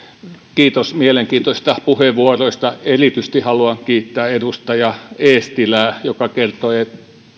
kiitos mielenkiintoisista puheenvuoroista erityisesti haluan kiittää edustaja eestilää joka kertoi